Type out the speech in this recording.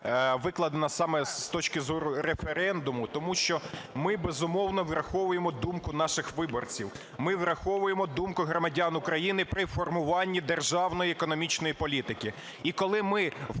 викладена саме з точки зору референдуму. Тому що ми, безумовно, враховуємо думку наших виборців, ми враховуємо думку громадян України при формуванні державної економічної політики. І, коли ми